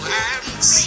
hands